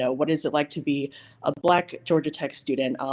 yeah what is it like to be a black georgia tech student?